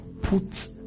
put